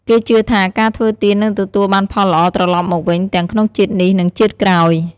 គេជឿថាការធ្វើទាននឹងទទួលបានផលល្អត្រឡប់មកវិញទាំងក្នុងជាតិនេះ និងជាតិក្រោយ។